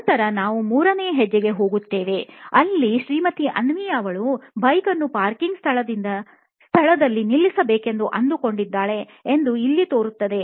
ನಂತರ ನಾವು ಮೂರನೆಯ ಹೆಜ್ಜೆಗೆ ಹೋಗುತ್ತೇವೆ ಅದು ಈಗ ಶ್ರೀಮತಿ ಅವ್ನಿ ಅವಳು ಬೈಕನ್ನು ಪಾರ್ಕಿಂಗ್ ಸ್ಥಳದಲ್ಲಿ ನಿಲ್ಲಿಸಬೇಕೆಂದು ಅಂದುಕೊಂಡಿದ್ದಾಳೆ ಎಂದು ಇಲ್ಲಿ ತೋರುತ್ತಿದೆ